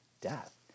death